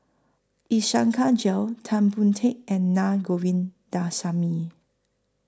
Iskandar Jalil Tan Boon Teik and Na Govindasamy